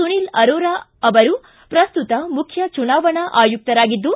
ಸುನಿಲ್ ಅರೋರಾ ಪ್ರಸ್ತುತ ಮುಖ್ಯ ಚುನಾವಣಾ ಆಯುಕ್ತರಾಗಿದ್ದು